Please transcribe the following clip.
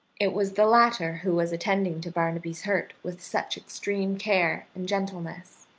it was the latter who was attending to barnaby's hurt with such extreme care and gentleness.